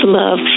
love